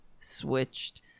switched